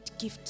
gift